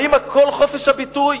האם הכול חופש הביטוי,